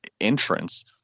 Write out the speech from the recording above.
entrance